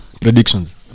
Predictions